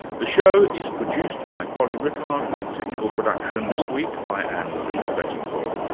the show is produced by polly rickard, with technical production this week by ann marie debettencourt.